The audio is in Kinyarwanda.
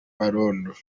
kabarondo